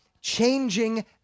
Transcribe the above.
changing